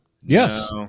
Yes